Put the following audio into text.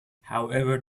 however